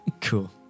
Cool